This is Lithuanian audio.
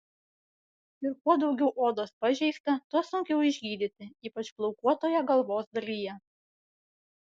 ir kuo daugiau odos pažeista tuo sunkiau išgydyti ypač plaukuotoje galvos dalyje